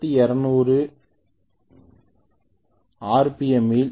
4 ampere ஆக இருக்கும்